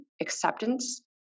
acceptance